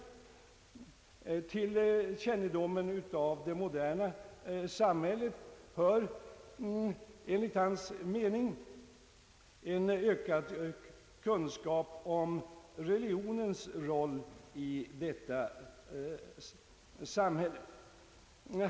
Till kännedomen om det moderna samhället hör enligt universitetskanslerns uppfattning ökad kunskap om religionens roll i detta samhälle.